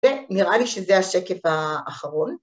‫ונראה לי שזה השקף האחרון,